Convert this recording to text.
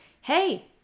hey